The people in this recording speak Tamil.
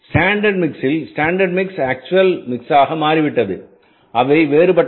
ஸ்டாண்டர்ட் மிக்ஸில் ஸ்டாண்டர்ட் மிக்ஸ் ஆக்சுவல் மிக்ஸாக மாறிவிட்டது அவை வேறுபட்டவை